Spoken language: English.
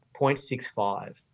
0.65